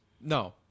No